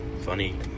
funny